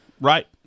Right